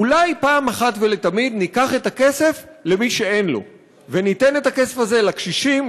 אולי פעם אחת ניקח את הכסף למי שאין לו וניתן את הכסף הזה לקשישים,